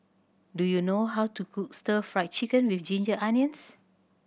do you know how to cook Stir Fried Chicken With Ginger Onions